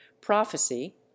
prophecy